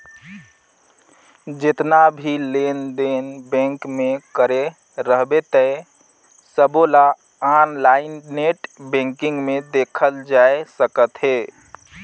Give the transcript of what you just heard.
जेतना भी लेन देन बेंक मे करे रहबे ते सबोला आनलाईन नेट बेंकिग मे देखल जाए सकथे